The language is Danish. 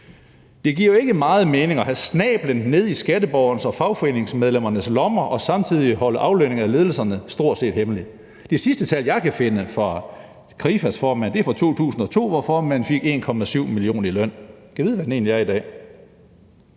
Det giver jo ikke meget mening at have snabelen nede i skatteborgernes og fagforeningsmedlemmernes lommer og samtidig holde aflønning af ledelserne stort set hemmelig. Det sidste tal, jeg kan finde for Krifas formand, er fra 2002, hvor formanden fik 1,7 mio. kr. i løn. Gad vide, hvad den egentlig er i dag.